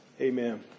Amen